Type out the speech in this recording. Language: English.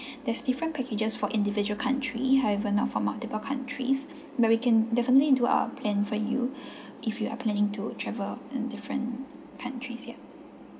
there's different packages for individual country however not from our depo countries but we can definitely do our plan for you if you're planning to travel in different countries ya